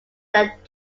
that